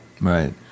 Right